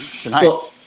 tonight